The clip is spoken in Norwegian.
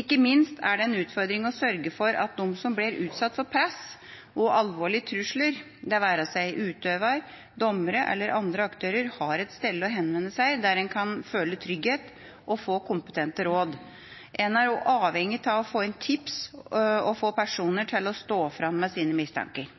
Ikke minst er det en utfordring å sørge for at de som blir utsatt for press og alvorlige trusler – det være seg utøvere, dommere eller andre aktører – har et sted å henvende seg der en kan føle trygghet og få kompetente råd. En er jo avhengig av å få inn tips og få personer til å stå fram med sine mistanker.